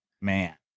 man